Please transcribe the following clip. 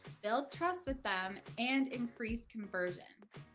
build trust with them, and increase conversions.